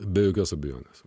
be jokios abejonės